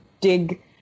dig